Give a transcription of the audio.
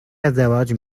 ازدواج